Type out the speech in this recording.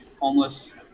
homeless